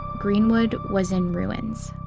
greenwood was in ruins.